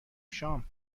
شام